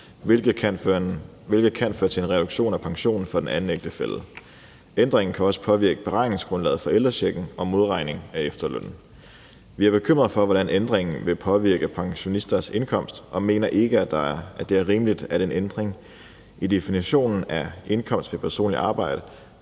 hvilket kan føre til en reduktion af pensionen for den anden ægtefælle. Ændringen kan også påvirke beregningsgrundlaget for ældrechecken og modregning i efterlønnen. Vi er bekymrede for, hvordan ændringen vil påvirke pensionisters indkomst, og mener ikke, at det er rimeligt, at en ændring i definitionen af indkomst ved personligt arbejde